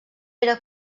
era